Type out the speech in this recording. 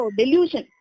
delusion